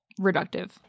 Reductive